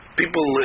people